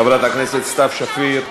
חברת הכנסת סתיו שפיר,